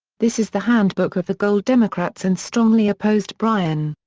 this is the handbook of the gold democrats and strongly opposed bryan.